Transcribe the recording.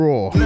Raw